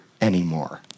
anymore